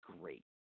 great